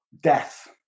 death